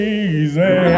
easy